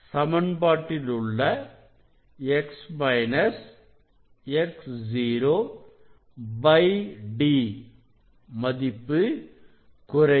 சமன்பாட்டில் உள்ள X X0D மதிப்பு குறையும்